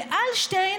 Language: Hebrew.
אלשטיין,